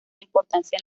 importancia